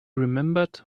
remembered